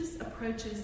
approaches